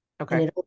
Okay